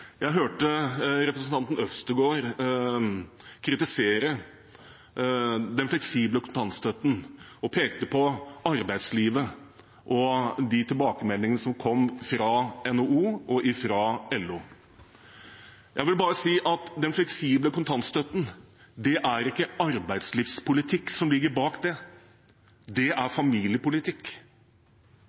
Jeg hørte representanten Øvstegård kritisere den fleksible kontantstøtten og peke på arbeidslivet og de tilbakemeldingene som kom fra NHO og LO. Jeg vil bare si at det ikke er arbeidslivspolitikk som ligger bak den fleksible kontantstøtten, det er familiepolitikk.